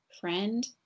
friend